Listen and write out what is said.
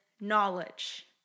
knowledge